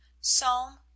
Psalm